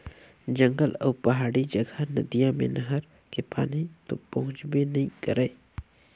जंगल अउ पहाड़ी जघा नदिया मे नहर के पानी तो पहुंचबे नइ करय